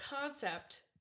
concept